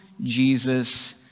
Jesus